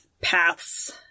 paths